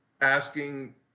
asking